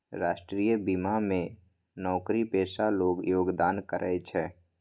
राष्ट्रीय बीमा मे नौकरीपेशा लोग योगदान करै छै